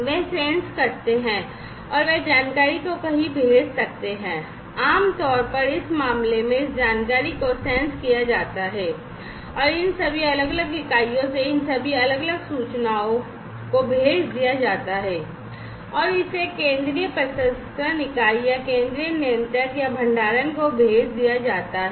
वे sense करते हैं और वे जानकारी को कहीं भेज सकते हैं और आम तौर पर इस मामले में इस जानकारी को सेंस किया जाता है और इन सभी अलग अलग इकाइयों से इन सभी अलग अलग सूचनाओं को भेज दिया जाता है और इसे केंद्रीय प्रसंस्करण इकाई या केंद्रीय नियंत्रक या भंडारण को भेज दिया जाता है